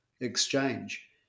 exchange